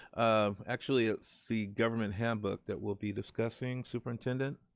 um actually it's the government handbook that we'll be discussing, superintendent?